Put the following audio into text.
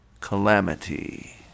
calamity